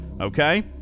Okay